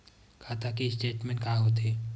खाता के स्टेटमेंट का होथे?